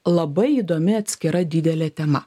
labai įdomi atskira didelė tema